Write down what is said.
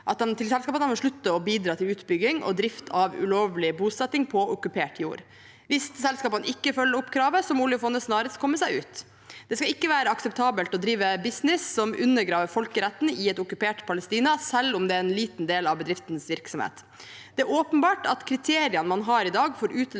selskapene må slutte å bidra til utbygging og drift av ulovlige bosettinger på okkupert jord. Hvis selskapene ikke følger opp kravet, må oljefondet snarest komme seg ut. Det skal ikke være akseptabelt å drive business som undergraver folkeretten i et okkupert Palestina, selv om det er en liten del av bedriftens virksomhet. Det er åpenbart at kriteriene man har i dag for utelukkelse